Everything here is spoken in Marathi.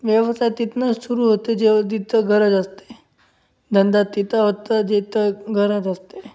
व्यवसाय तिथनंच सुरू होतं जेव्हा तिथं गरज असते धंदा तिथं होतं जिथं गरज असते